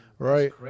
Right